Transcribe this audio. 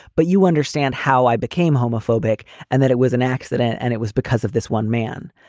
but you understand how i became homophobic and that it was an accident and it was because of this one man.